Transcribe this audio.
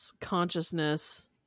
consciousness